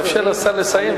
תאפשר לשר לסיים,